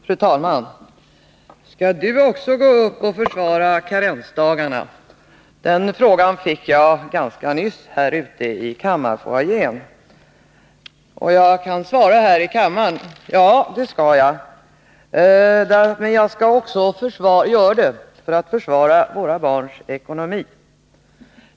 Fru talman! Skall du också gå upp och försvara karensdagarna? Den frågan fick jag nyss här ute i kammarfoajén, och jag kan svara här i kammaren: Ja, det skall jag. Jag gör det för att försvara våra barns ekonomi.